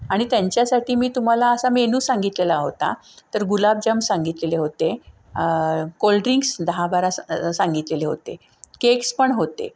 आणि त्यांच्यासाठी मी तुम्हाला असा मेनू सांगितलेला होता तर गुलाबजाम सांगितलेले होते कोल्ड्रिंक्स दहा बारा स सांगितलेले होते केक्स पण होते